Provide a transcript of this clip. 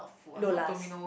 Lola's